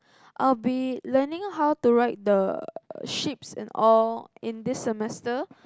I'll be learning how to ride the ships and all in this semester